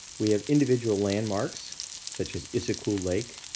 we have individual landmarks such as issyk-kul lake,